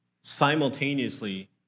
simultaneously